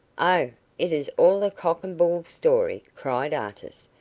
oh, it is all a cock and bull story, cried artis.